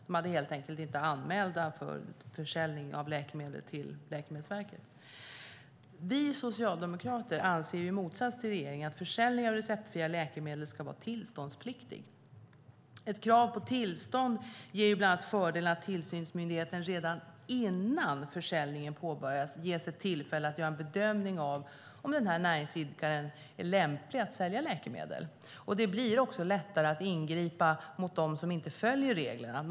De var helt enkelt inte anmälda för försäljning av läkemedel till Läkemedelsverket. Vi socialdemokrater anser i motsats till regeringen att försäljning av receptfria läkemedel ska vara tillståndspliktig. Ett krav på tillstånd ger bland annat fördelen att tillsynsmyndigheten redan innan försäljningen påbörjas ges ett tillfälle att göra en bedömning av om näringsidkaren är lämplig att sälja läkemedel. Det blir också lättare att ingripa mot dem som inte följer reglerna.